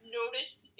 noticed